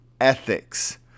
Ethics